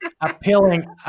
appealing